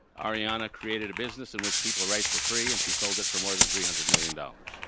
arianna created a business in which people write for free, and she sold it for more than three hundred million dollars.